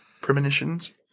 Premonitions